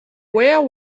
where